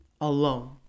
alone